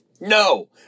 No